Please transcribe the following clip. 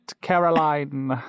Caroline